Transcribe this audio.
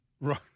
Right